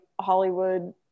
Hollywood